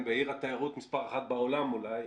בעיר התיירות מספר אחת בעולם אולי.